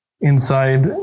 inside